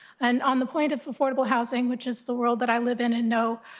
and on the point of affordable housing which is the world that i live in and now,